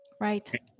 Right